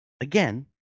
again